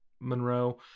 Monroe